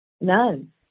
None